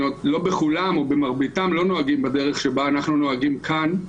בכולן או במרביתן לא נוהגים בדרך שבה אנחנו נוהגים כאן.